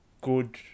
good